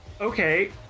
Okay